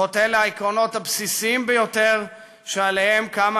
חוטא לעקרונות הבסיסיים ביותר שעליהם קמה